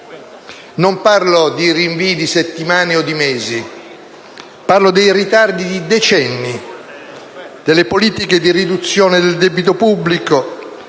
Non parlo di rinvii di settimane o di mesi: parlo dei ritardi di decenni delle politiche di riduzione del debito pubblico,